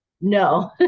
No